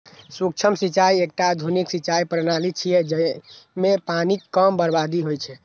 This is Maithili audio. सूक्ष्म सिंचाइ एकटा आधुनिक सिंचाइ प्रणाली छियै, जइमे पानिक कम बर्बादी होइ छै